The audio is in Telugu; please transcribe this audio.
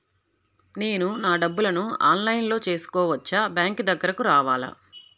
నేను నా డబ్బులను ఆన్లైన్లో చేసుకోవచ్చా? బ్యాంక్ దగ్గరకు రావాలా?